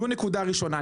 זו נקודה ראשונה.